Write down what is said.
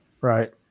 Right